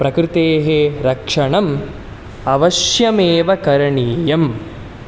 प्रकृतेः रक्षणम् अवश्यमेव करणीयम्